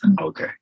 Okay